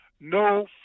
no